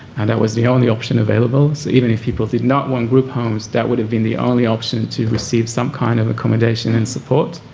and that was the only option available. so even if people did not want group homes that would have been the only option to receive some kind of accommodation and support.